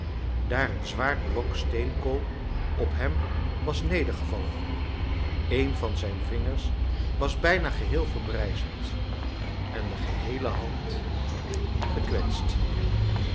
daar een zwaar blok steenkool op hem was nedergevallen een van zijn vingers was bijna geheel verbrijzeld en de geheele hand gekwetst